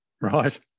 Right